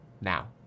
now